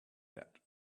that